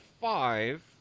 five